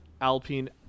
Alpine